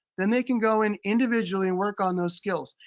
then they can go and individually work on those skills.